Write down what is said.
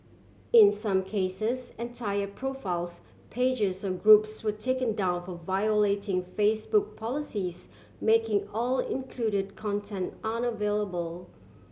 in some cases entire profiles pages or groups were taken down for violating Facebook policies making all included content unavailable